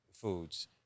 foods